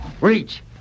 Reach